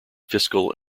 fiscal